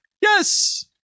Yes